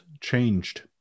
changed